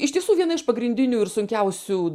iš tiesų viena iš pagrindinių ir sunkiausių